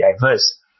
diverse